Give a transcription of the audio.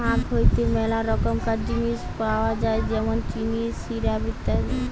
আখ হইতে মেলা রকমকার জিনিস পাওয় যায় যেমন চিনি, সিরাপ, ইত্যাদি